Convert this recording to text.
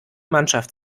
mannschaft